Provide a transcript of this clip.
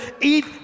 eat